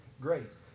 grace